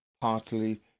partly